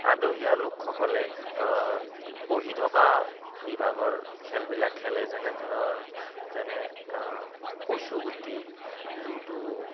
আদহীয়া লোকসকলে বহি থকা বিভাগৰ খেলবিলাক খেলে যেনে ধৰক যেনে কচুগুটি লুডু